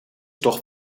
toch